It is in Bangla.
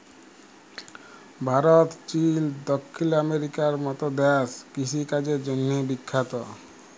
ভারত, চিল, দখ্খিল আমেরিকার মত দ্যাশ কিষিকাজের জ্যনহে বিখ্যাত